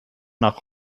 nach